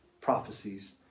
prophecies